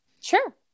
Sure